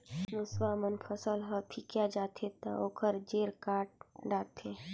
मूसवा मन फसल ह फिकिया जाथे त ओखर जेर काट डारथे